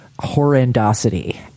horrendosity